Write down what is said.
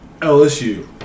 LSU